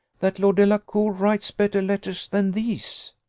that lord delacour writes better letters than these?